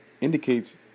indicates